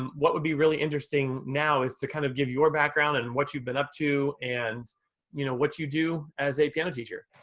um what would be really interesting now is to kind of give your background and what you've been up to and you know what you do as a piano teacher.